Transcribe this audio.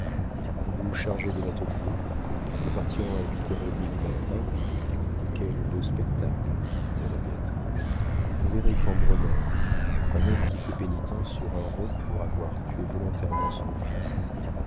vous vous chargez des bateliers nous partirons à huit heures et demie du matin quels beaux spectacles dit-elle à béatrix vous verrez cambremer un homme qui fait pénitence sur un roc pour avoir tué volontairement son fils